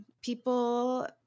People